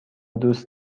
دوست